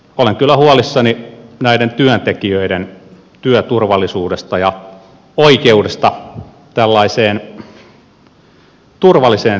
olen kyllä huolissani näiden työntekijöiden työturvallisuudesta ja oikeudesta tällaiseen turvalliseen työympäristöön